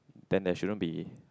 then there shouldn't be